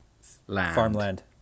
Farmland